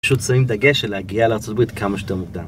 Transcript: פשוט שמים דגש להגיע לארה״ב כמה שיותר מוקדם